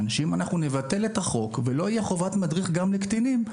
שאם נבטל את החוק ולא תהיה חובת מדריך גם לקטינים,